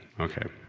okay